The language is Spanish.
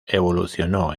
evolucionó